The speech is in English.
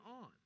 on